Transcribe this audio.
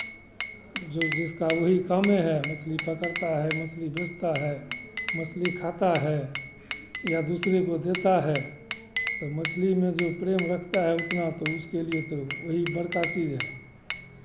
जो जिसका वही कामे है मछली पकड़ता है मछली बेचता है मछली खाता है या दूसरे को देता है तो मछली में जो प्रेम रखता है उतना तो उसके लिए तो वही बड़का चीज़ है